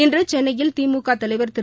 இன்று சென்னையில் திமுக தலைவர் திரு